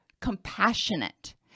compassionate